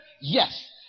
Yes